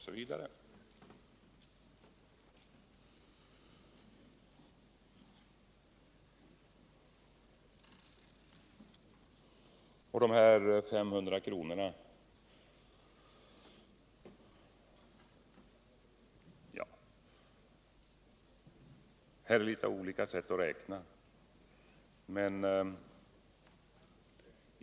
Beträffande de 500 kronorna vill jag säga att det finns olika sätt att räkna.